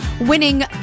winning